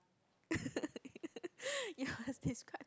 you must describe to